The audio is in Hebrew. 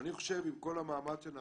אבל אני חושב, עם כל המאמץ שנעשה,